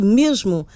mesmo